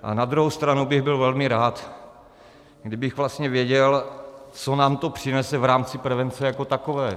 A na druhou stranu bych byl velmi rád, kdybych vlastně věděl, co nám to přinese v rámci prevence jako takové.